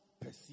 perceive